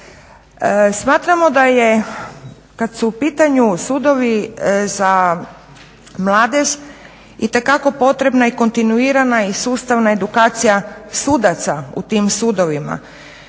Smatramo da je kad su u pitanju sudovi za mladež itekako potrebna i kontinuirana i sustavna edukacija sudaca u tim sudovima.